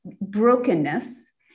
brokenness